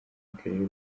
makerere